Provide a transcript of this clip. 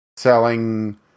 selling